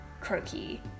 croaky